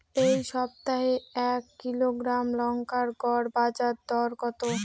এই সপ্তাহে এক কিলোগ্রাম লঙ্কার গড় বাজার দর কত?